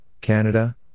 Canada